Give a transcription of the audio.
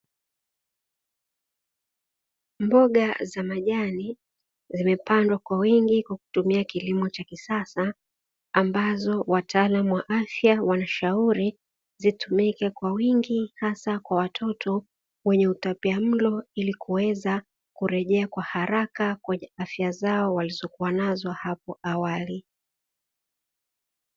Mboga za majani zimepadwa kwa wingi kwa kutumia kilimo cha kisasa, ambazo wataalamu wa afya wanashauri zitumike kwa wingi hasa kwa watoto wenye utapia mlo, ili kuweza kureja kwa haraka kwenye afya zao walizokuwa nazo hapo awali.